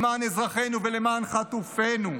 למען אזרחינו ולמענך חטופינו.